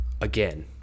Again